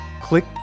click